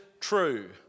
true